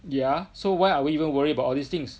yeah so why are we even worried about all these things